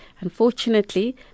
Unfortunately